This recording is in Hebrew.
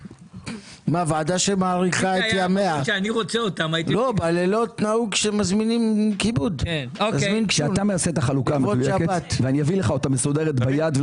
כשאתה עושה את החלוקה המדויקת ואני אביא לך אותה מסודרת ביד,